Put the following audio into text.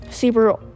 Super